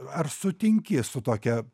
ar sutinki su tokia